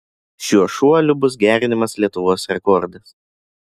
šiuo šuoliu bus gerinamas lietuvos rekordas